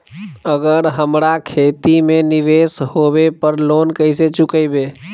अगर हमरा खेती में निवेस होवे पर लोन कैसे चुकाइबे?